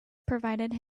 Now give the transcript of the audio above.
provided